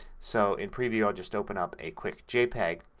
so in preview i'll just open up a quick jpeg.